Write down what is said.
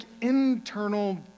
internal